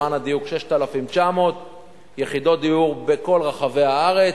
למען הדיוק, 6,900 יחידות דיור בכל רחבי הארץ.